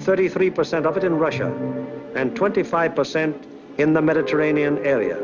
thirty three percent up in russia and twenty five percent in the mediterranean area